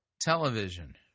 television